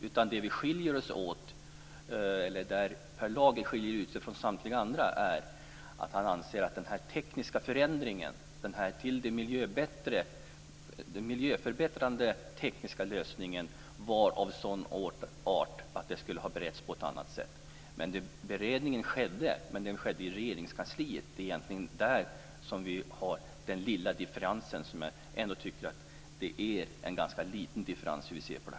Där Per Lager skiljer ut sig från samtliga andra är när han anser att den tekniska förändringen, den miljöförbättrande tekniska lösningen, var av sådan art att den skulle ha beretts på ett annat sätt. Beredning skedde, men det skedde i Regeringskansliet. Det är egentligen där vi har den lilla differensen, som jag ser det.